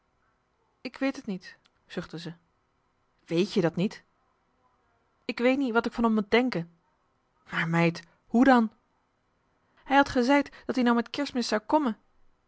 ik weet et niet zuchtte ze wéét je dat niet ik weet nie wat ik van um mot denke maar meid hoe dan hij had gezeid dat ie nou mit kersmis zou komme